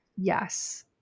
yes